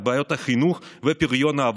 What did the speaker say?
את בעיות החינוך ופריון העבודה.